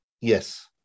yes